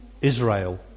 Israel